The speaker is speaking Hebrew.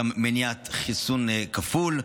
מניעת חיסון כפול,